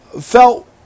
felt